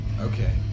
Okay